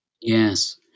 Yes